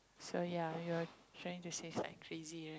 so ya you're trying to say its like crazy